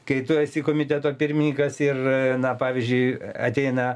kai tu esi komiteto pirmininkas ir na pavyzdžiui ateina